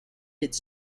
its